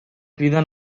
crida